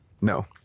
No